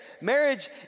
marriage